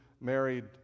married